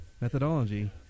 methodology